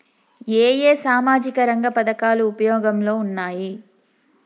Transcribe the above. ఏ ఏ సామాజిక రంగ పథకాలు ఉపయోగంలో ఉన్నాయి?